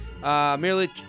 merely